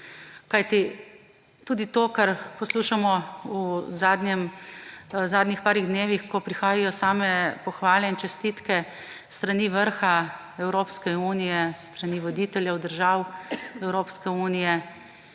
tudi to, kar poslušamo v zadnjih nekaj dnevih, ko prihajajo same pohvale in čestitke s strani vrha Evropske unije, s strani voditeljev držav Evropske unije